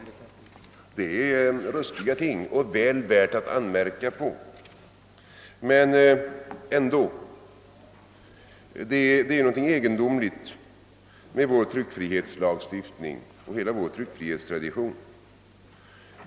Det är ruskiga ting, väl värda att anmärka på. Men ändå: det är någonting märkligt med vår tryckfrihetslagstiftning och hela vår tryckfrihetstradition.